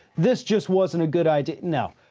this just wasn't a good idea. no,